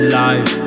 life